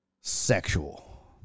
sexual